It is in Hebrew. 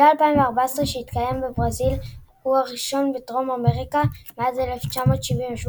מונדיאל 2014 שהתקיים בברזיל הוא הראשון בדרום אמריקה מאז 1978,